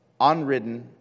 unridden